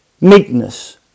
Meekness